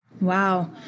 Wow